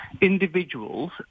individuals